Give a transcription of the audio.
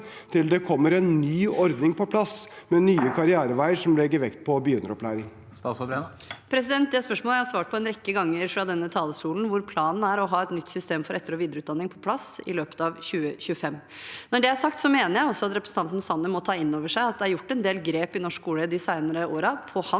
til det kommer en ny ordning på plass med nye karriereveier, som legger vekt på begynneropplæring? Statsråd Tonje Brenna Det spørsmålet har jeg svart på en rekke ganger fra denne talerstolen. Planen er å ha et nytt system for etter- og videreutdanning på plass i løpet av 2025. Når det er sagt, mener jeg også at representanten Sanner må ta inn over seg at det er gjort en del grep i norsk skole de senere årene på hans vakt som